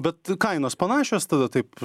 bet kainos panašios tada taip